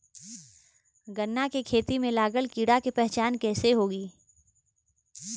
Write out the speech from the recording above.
गन्ना के खेती में लागल कीड़ा के पहचान कैसे होयी?